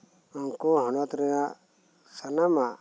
ᱩᱱᱠᱩ ᱦᱚᱱᱚᱛ ᱨᱮᱱᱟᱜ ᱥᱟᱱᱟᱢᱟᱜ